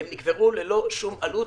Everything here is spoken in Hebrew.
הם נקברו ללא שום עלות,